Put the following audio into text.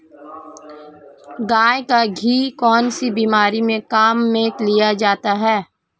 गाय का घी कौनसी बीमारी में काम में लिया जाता है?